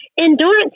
Endurance